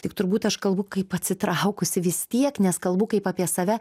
tik turbūt aš kalbu kaip atsitraukusi vis tiek nes kalbu kaip apie save